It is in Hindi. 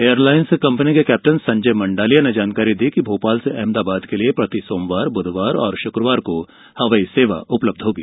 एयरलाइन्स कंपनी के कैप्टन संजय मंडालिया ने जानकारी दी कि भोपाल से अहमदाबाद के लिए प्रति सोमवार बुधवार और शुक्रवार को हवाई सेवा उपलब्ध होगी